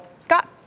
Scott